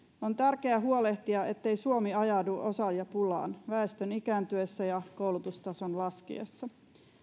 on tärkeää huolehtia siitä ettei suomi ajaudu osaajapulaan väestön ikääntyessä ja koulutustason laskiessa